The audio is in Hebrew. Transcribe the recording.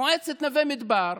מועצת נווה מדבר,